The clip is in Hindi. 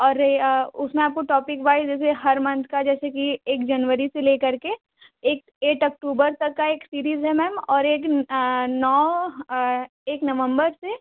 और उसमें आपको टॉपिक वाइज़ जैसे हर मंथ का जैसे कि एक जनवरी से ले कर के एक ऐट अक्टूबर तक का एक सीरीज़ है मैम और एक नौ एक नवंबर से